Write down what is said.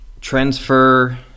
transfer